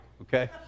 okay